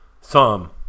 Psalm